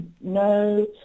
no